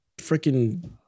freaking